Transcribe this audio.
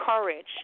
courage